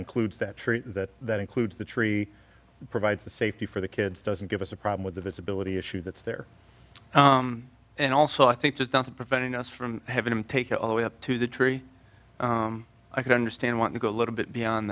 includes that tree that that includes the tree provides the safety for the kids doesn't give us a problem with the visibility issue that's there and also i think there's nothing preventing us from having to take it all the way up to the tree i can understand want to go a little bit beyond